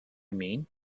mean